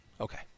Okay